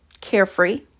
carefree